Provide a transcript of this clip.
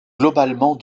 globalement